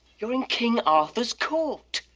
you're and king arthur's court.